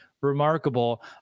remarkable